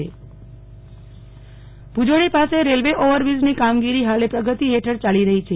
Nehal Thakkar Bhujodi overbridge Bhujodi પાસે railway ઓવરબ્રીજની કામગીરી હાલે પ્રગતિ હેઠળ ચાલી રહી છે